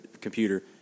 computer